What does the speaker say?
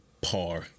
par